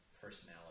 personality